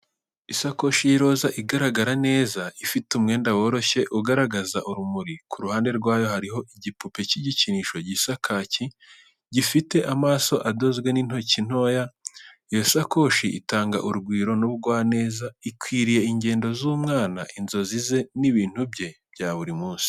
Isakoshi y'iroza igaragara neza, ifite umwenda woroshye ugaragaza urumuri. Ku ruhande rwayo hariho igipupe cy'igikinisho gisa kaki, gifite amaso adozwe n'intoki ntoya. Iyo sakoshi itanga urugwiro n’ubugwaneza, ikwiriye ingendo z'umwana, inzozi ze, n'ibintu bye bya buri munsi.